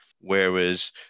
whereas